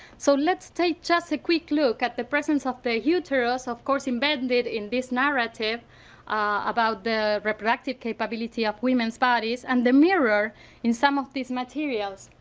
so let's take just a quick look at the presence of the uterus of course embedded in this narrative about the reproductive capability of women's bodies and the mirror in some of these materials.